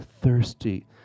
thirsty